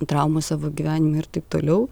traumų savo gyvenime ir taip toliau